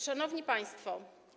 Szanowni Państwo!